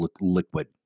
liquid